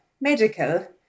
medical